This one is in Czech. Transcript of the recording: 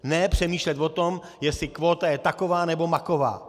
Ne přemýšlet o tom, jestli kvóta je taková nebo maková.